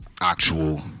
actual